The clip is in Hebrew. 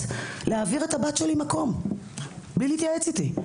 להעביר את הבת שלי מקום בלי להתייעץ איתי?